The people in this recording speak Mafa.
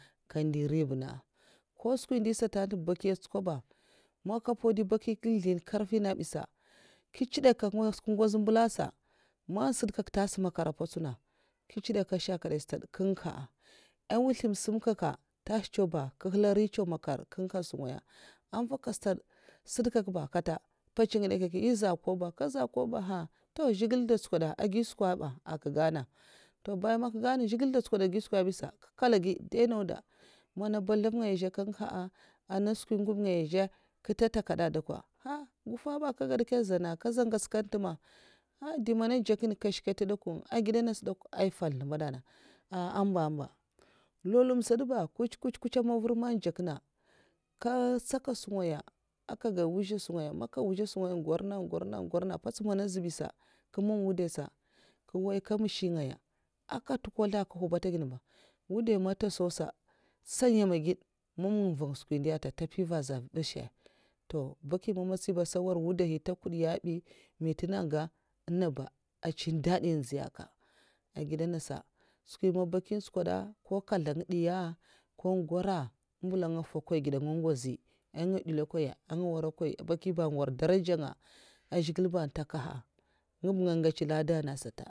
Nga ndiri a vuna man skwi ndyè sata'n baki chkodwo ba man kampaudi bakiya unzlin karfi nènga azubi shkè nka ntsidak mana ngwoz mbèla sa man sèd kak tas makar' mpotsèna nga chidèka tas stad ngu nguha man tas cèw ba nkè nhual nri cèw makar nga nguha sungaya avaka stad ba sèd kak ba kata mpèts ngidè kikè iza iya kaza kwoba kaza kwob ha? Aiya zhègilè dè tskoda agi skwa a gana sa bayan nka gana zhègilè dè tskwoda agi skwa bi nkè nkèla gi dai nauda mana baslavh ngaya zhè an nkè nguha ana skwi n'ngwub ngaya nazhè nku tata kada ah dwokwud' ha gufwu ba kagd dè kw zanna nkè za nkèts nan ntè ma ndè man ndjèkèna nkwaskèt ndwa nkènn agida nas ndèkwa ai fwan mzlènbad na ai amba amba nlownlum sata ba nkwuts nkwuts mvar man ndjèkna'a nkè tsaka'sungaya a nka ga mwuza sungaya maka mwuza sungaya n gwarna gwarna mpèts mana azubi sa kè mam wudahi sa nga nwoy ka mèshè ngaya kè ntukwosla'ntukwosla n ka hwubota gin ba wudai man ta sau atan san nyèm gèd mamga van skwi ndiya ta ntè bi vava za barshè a to baki magatsi ba asa nwur wudahi ta kudiya bi mitinga anga nènga nènga ba atsun dadi n nziya'ka a gèd nasa skwi mn baki chkwoda ko nkaslan ndiya kon gwara ambèla nga fwakwai gidè nga ngwozihi na ndèla nkwaya nga nwara nkwaya baki ba nwar daraja nga n'zhigilè ba ntakaha nga ngèts nlada na sat'a